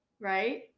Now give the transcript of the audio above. right